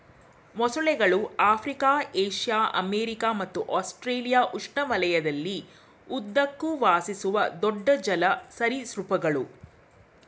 ಮೊಸಳೆಗಳು Africa Asia America ಮತ್ತು Australia ಉಷ್ಣವಲಯದಲ್ಲಿ ಉದ್ದಕ್ಕೂ ವಾಸಿಸುವ ದೊಡ್ಡ ಜಲ ಸರೀಸೃಪಗಳು